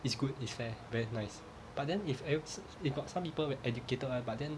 it's good it's fair very nice but then if every if got some people were educated [one] but then